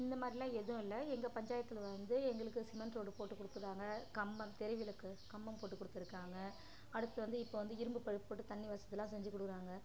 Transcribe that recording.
இந்த மாதிரிலாம் எதுவும் இல்லை எங்கள் பஞ்சாயத்தில் வந்து எங்களுக்கு சிமெண்ட் ரோடு போட்டு கொடுத்துருக்காங்க கம்பம் தெரு விளக்கு கம்பம் போட்டு கொடுத்துருக்காங்க அடுத்து வந்து இப்போ வந்து இரும்பு பழுப் போட்டு தண்ணி வசதிலாம் செஞ்சு கொடுக்குறாங்க